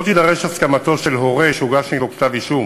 לא תידרש הסכמתו של הורה שהוגש נגדו כתב-אישום